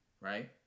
Right